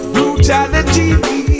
Brutality